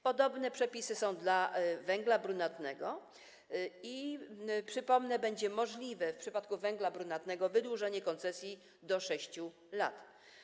Podobne przepisy są przewidziane dla węgla brunatnego i, przypomnę, będzie możliwe w przypadku węgla brunatnego wydłużenie koncesji do 6 lat.